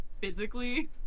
physically